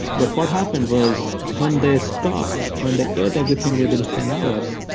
but what happened was when they stopped, when they ate everything within ten hours,